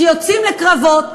שיוצאים לקרבות,